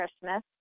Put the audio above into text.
Christmas